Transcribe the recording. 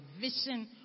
vision